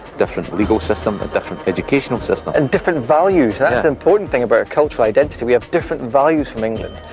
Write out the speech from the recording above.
different legal system, a different educational system. and different values, that's the important thing about our cultural identity, we have different values from england.